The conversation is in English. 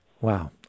Wow